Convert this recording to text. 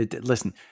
listen